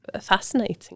fascinating